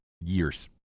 years